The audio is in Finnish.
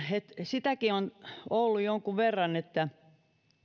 sitäkin on ollut jonkun verran sitä